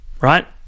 right